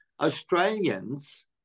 Australians